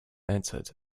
entered